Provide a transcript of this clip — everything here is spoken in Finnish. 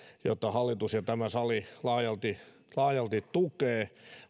joita hallitus ja tämä sali laajalti laajalti tukevat